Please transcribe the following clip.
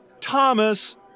Thomas